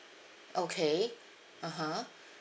okay (uh huh)